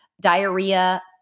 diarrhea